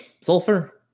sulfur